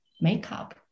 makeup